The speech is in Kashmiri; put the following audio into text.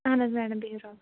اَہَن حظ میڈَم بِہِو رۅبَس